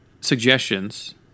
suggestions